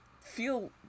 feel